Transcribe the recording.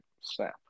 snap